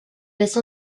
laisse